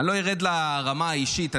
אני לא ארד לרמה האישית.